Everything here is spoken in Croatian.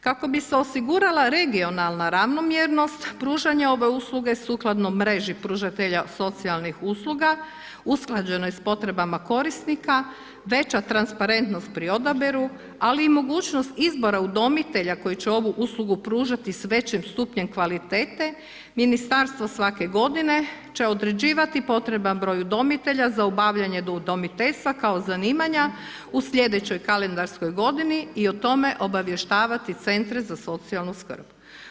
Kako bi se osigurala regionalna ravnomjernost, pružanje ove usluge sukladno mreži pružatelja socijalnih usluga usklađeno je s potrebama korisnika, veća transparentnost pri odabiru, ali i mogućnost izbora udomitelja koji će ovu uslugu pružati s većim stupnjem kvalitete, ministarstvo svake godine će određivati potreban broj udomitelja za obavljanje udomiteljstva kao zanimanja u slijedećoj kalendarskoj godini i o tome obavještavati centre za socijalnu skrb.